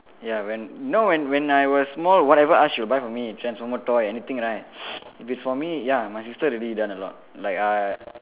ya when you know when when I was small whatever I ask she will buy for me transformer toy anything right if it's for me ya my sister really done a lot like I